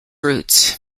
routes